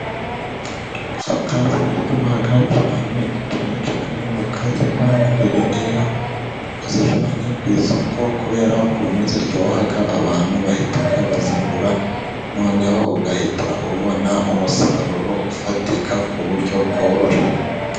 Voka ziraryoha cyane, cyane cyane voka z'imbangurire, iyo uzijyanye ku isoko kubera ukuntu ziryoha abantu bahita bazigura, noneho ugahita ubona umusaruro ufatika ku buryo bworoshye.